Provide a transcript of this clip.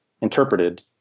interpreted